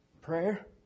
Prayer